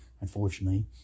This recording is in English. Unfortunately